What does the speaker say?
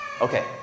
Okay